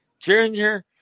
Junior